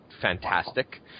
fantastic